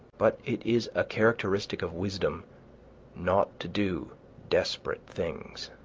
but it is a characteristic of wisdom not to do desperate things.